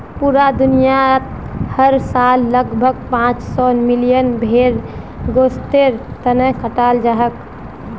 पूरा दुनियात हर साल लगभग पांच सौ मिलियन भेड़ गोस्तेर तने कटाल जाछेक